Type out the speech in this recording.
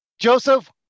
Joseph